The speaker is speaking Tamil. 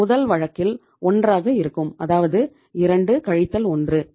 முதல் வழக்கில் ஒன்றாக இருக்கும் அதாவது 2 1